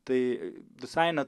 tai visai net